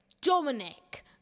Dominic